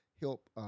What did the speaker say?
Help